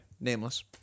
nameless